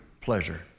pleasure